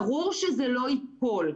ברור שזה לא ייפול.